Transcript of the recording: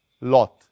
lot